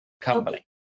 company